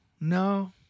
No